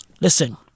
Listen